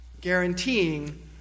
guaranteeing